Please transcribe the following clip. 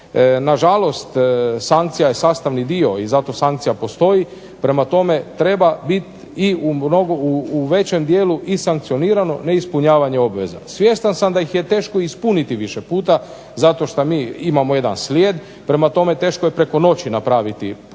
Nažalost, sankcija je sastavni dio i zato sankcija postoji. Prema tome, treba biti u većem dijelu i sankcionirano neispunjavanje obveza. Svjestan sam da ih je teško ispuniti više puta zato što mi imamo jedan slijed, prema tome teško je preko noći napraviti veliki